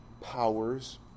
powers